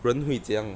人会怎样